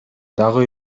дагы